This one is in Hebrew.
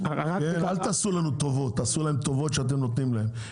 אל תעשו להם טובות שאתם נותנים להם,